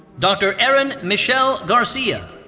dr. erin michelle garcia.